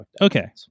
Okay